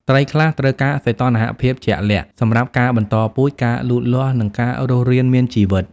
ត្រីខ្លះត្រូវការសីតុណ្ហភាពជាក់លាក់សម្រាប់ការបន្តពូជ ការលូតលាស់ និងការរស់រានមានជីវិត។